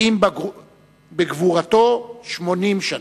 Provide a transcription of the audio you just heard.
ואם בגבורת שמונים שנה",